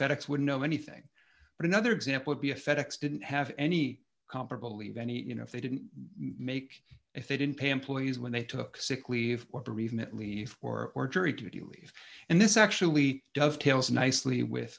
fed ex would know anything but another example be a fed ex didn't have any comparable leave any you know if they didn't make if they didn't pay employees when they took sick leave or bereavement leave or or jury duty leave and this actually does tell us nicely with